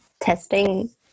Testing